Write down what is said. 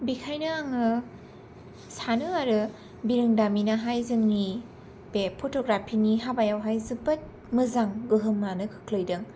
बेखायनो आङो सानो आरो बिरोंदामिनाहाय जोंनि बे फट'ग्राफिनि हाबायावहाय जोबोद मोजां गोहोमानो खोख्लैदों